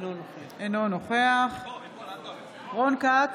אינו נוכח רון כץ,